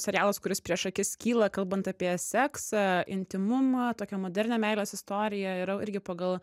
serialas kuris prieš akis kyla kalbant apie seksą intymumą tokią modernią meilės istoriją yra irgi pagal